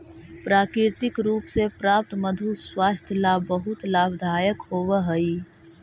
प्राकृतिक रूप से प्राप्त मधु स्वास्थ्य ला बहुत लाभदायक होवअ हई